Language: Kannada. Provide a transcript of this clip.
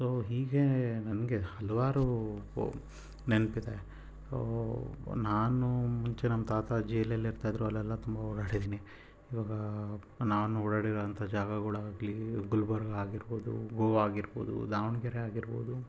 ಸೊ ಹೀಗೇ ನನಗೆ ಹಲವಾರು ನೆನಪಿದೆ ಸೊ ನಾನು ಮುಂಚೆ ನಮ್ಮ ತಾತ ಅಜ್ಜಿ ಎಲ್ಲೆಲ್ಲಿರ್ತಾಯಿದ್ದರೋ ಅಲ್ಲೆಲ್ಲ ತುಂಬ ಓಡಾಡಿದ್ದೀನಿ ಇವಾಗ ನಾನು ಓಡಾಡಿರೋಂಥ ಜಾಗಗಳಾಗ್ಲಿ ಗುಲ್ಬರ್ಗ ಆಗಿರ್ಬೋದು ಗೋವಾ ಆಗಿರ್ಬೋದು ದಾವಣಗೆರೆ ಆಗಿರ್ಬೋದು